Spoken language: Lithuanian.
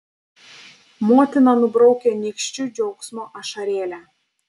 motina nubraukia nykščiu džiaugsmo ašarėlę